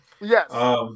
Yes